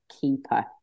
keeper